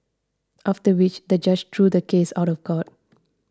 after which the judge threw the case out of court